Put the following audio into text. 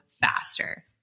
faster